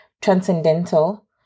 transcendental